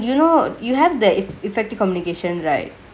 you know you have the effective communication right